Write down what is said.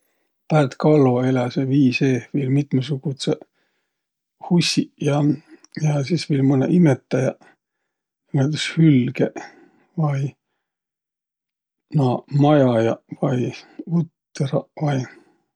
Päält kallo eläseq vii seeh viil mitmõsugudsõq hussiq ja, ja sis viil mõnõq imetäjäq, näütüses hülgeq vai naaq majajaq vai utraq vai.